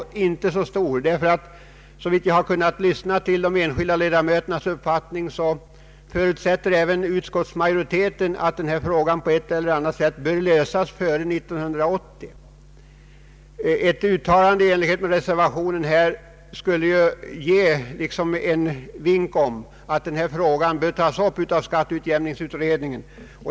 Såvitt jag har uppfattat rätt när jag lyssnat till de enskilda ledamöterna förutsätter även utskottsmajoriteten att denna fråga på ett eller annat sätt skall lösas snarast. Ett uttalande i enlighet med reservationen skulle ge en vink om att denna fråga bör tas upp av skatteutjämningsutredningen.